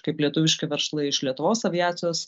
kaip lietuviški verslai iš lietuvos aviacijos